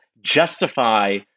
justify